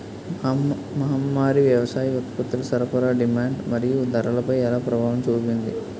మహమ్మారి వ్యవసాయ ఉత్పత్తుల సరఫరా డిమాండ్ మరియు ధరలపై ఎలా ప్రభావం చూపింది?